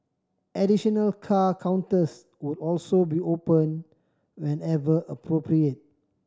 additional car counters would also be opened whenever appropriate